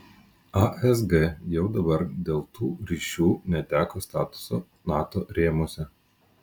asg jau dabar dėl tų ryšių neteko statuso nato rėmuose